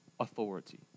Authority